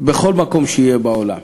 בכל מקום בעולם,